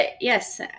yes